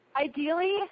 Ideally